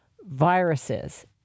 viruses